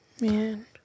Man